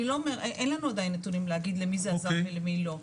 אין לנו עדיין נתונים להגיד למי שזה עזר ולמי לא,